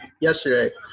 yesterday